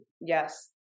Yes